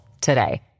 today